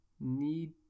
need